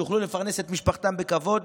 שיוכלו לפרנס את משפחותיהם בכבוד.